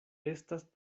estas